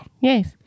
Yes